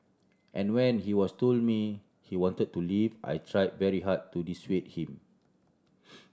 and when he was told me he wanted to leave I try very hard to dissuade him